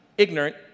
ignorant